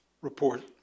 report